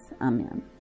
amen